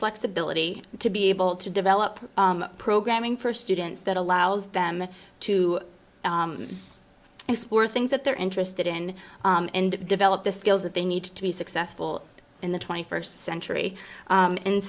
flexibility to be able to develop programming for students that allows them to explore things that they're interested in and develop the skills that they need to be successful in the twenty first century